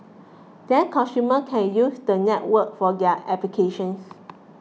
then consumer can use the network for their applications